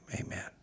amen